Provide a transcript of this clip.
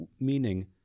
meaning